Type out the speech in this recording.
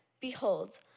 Behold